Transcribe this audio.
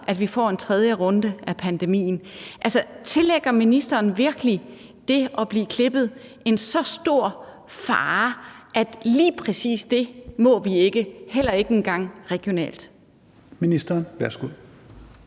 at vi får en tredje runde af pandemien. Altså, tillægger ministeren virkelig det at blive klippet en så stor fare, at lige præcis det må vi ikke, heller ikke engang regionalt?